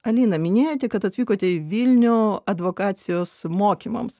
alina minėjote kad atvykote į vilnių advokacijos mokymams